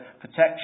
protection